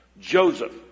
Joseph